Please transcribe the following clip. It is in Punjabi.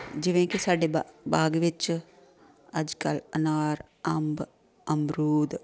ਜਿਵੇਂ ਕਿ ਸਾਡੇ ਬਾ ਬਾਗ ਵਿੱਚ ਅੱਜ ਕੱਲ੍ਹ ਅਨਾਰ ਅੰਬ ਅਮਰੂਦ